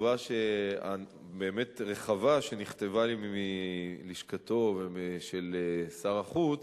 בתשובה הרחבה שנכתבה לי מלשכתו של שר החוץ,